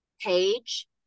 page